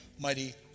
mighty